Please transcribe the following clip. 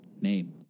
name